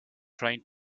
trying